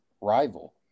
rival